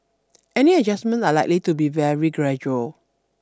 any adjustments are likely to be very gradual